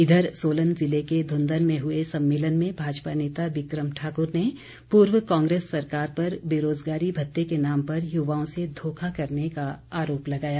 इधर सोलन ज़िले के धुंदन में हुए सम्मेलन में भाजपा नेता बिक्रम ठाकुर ने पूर्व कांग्रेस सरकार पर बेरोज़गारी भत्ते के नाम पर युवाओं से धोखा करने का आरोप लगाया